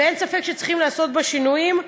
אין ספק שצריכים לעשות בה שינויים,